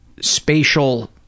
spatial